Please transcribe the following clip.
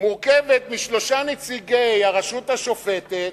מורכבת משלושה נציגי הרשות השופטת,